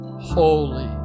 holy